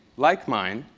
like mine,